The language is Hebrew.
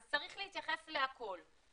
אז צריך להתייחס לכול.